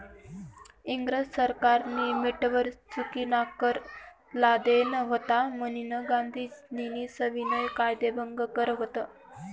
इंग्रज सरकारनी मीठवर चुकीनाकर लादेल व्हता म्हनीन गांधीजीस्नी सविनय कायदेभंग कर व्हत